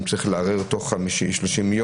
אם צריך לערער תוך 60 יום,